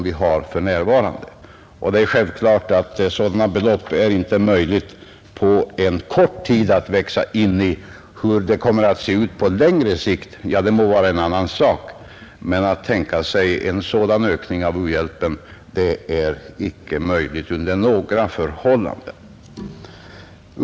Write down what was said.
Det är självklart att det inte är möjligt att på kort sikt växa in i sådana belopp. Hur det kan komma att se ut på längre sikt må vara en annan sak, men att tänka sig en sådan ökning av u-hjälpen är inte under några förhållanden möjligt.